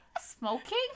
smoking